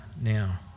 now